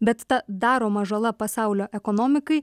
bet ta daroma žala pasaulio ekonomikai